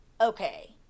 okay